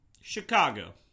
Chicago